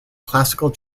classical